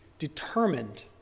determined